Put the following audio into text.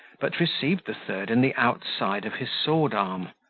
but received the third in the outside of his sword-arm.